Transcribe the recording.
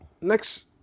Next